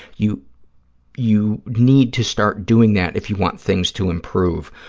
you you need to start doing that if you want things to improve.